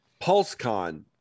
PulseCon